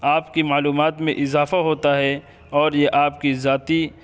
آپ کی معلومات میں اضافہ ہوتا ہے اور یہ آپ کی ذاتی